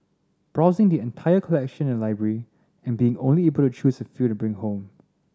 browsing the entire collection in the library and being only able to choose a few to bring home